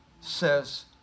says